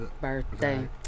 birthday